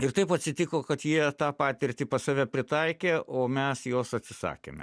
ir taip atsitiko kad jie tą patirtį pas save pritaikė o mes jos atsisakėme